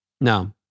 No